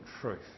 truth